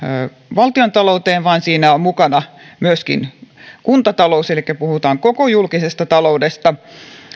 valtiontalouteen vaan siinä on mukana myöskin kuntatalous elikkä puhutaan koko julkisesta taloudesta